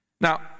Now